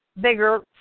bigger